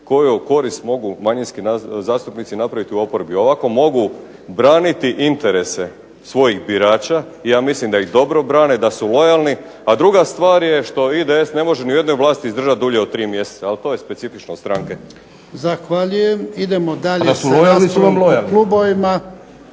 koju korist mogu manjinski zastupnici napraviti u oporbi. Ovako mogu braniti interese svojih birača i ja mislim da ih dobro brane i da su lojalni. A druga stvar je što IDS ne može ni u jednoj vlasti izdržati dulje od 3 mjeseca. Ali to je specifičnost stranke. **Jarnjak, Ivan (HDZ)** Zahvaljujem. Idemo dalje sa raspravom po klubovima.